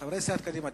חברי סיעת קדימה,